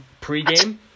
pregame